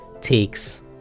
takes